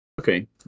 Okay